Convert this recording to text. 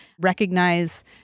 recognize